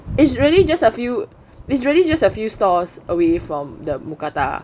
it's really just a few it's really just a few stores away from the mookata